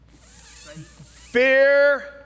Fear